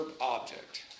object